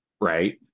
right